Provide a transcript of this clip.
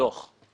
את זה לעוד כמה